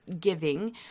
giving